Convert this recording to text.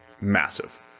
massive